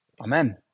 amen